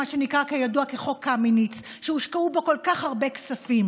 שנקרא כידוע חוק קמיניץ ושהושקעו בו כל כך הרבה כספים,